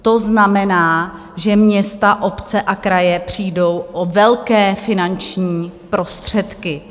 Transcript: To znamená, že města, obce a kraje přijdou o velké finančních prostředky.